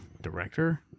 Director